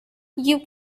you